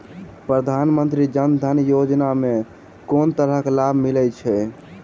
प्रधानमंत्री जनधन योजना मे केँ तरहक लाभ मिलय छै?